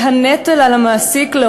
יהיה על המעסיק נטל